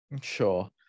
Sure